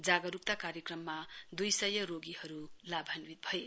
जागरूकता कार्यक्रममा द्इसय रोगीहरू लाभान्वित भए